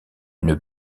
une